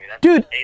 Dude